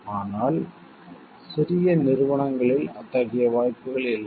ஆனால் சிறிய நிறுவனங்களில் அத்தகைய வாய்ப்புகள் இல்லை